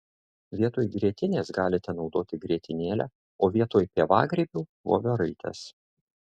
vietoj grietinės galite naudoti grietinėlę o vietoj pievagrybių voveraites